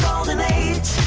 golden age